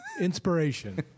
Inspiration